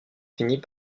finit